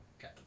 Okay